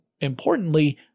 importantly